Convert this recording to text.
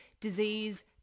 disease